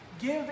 Give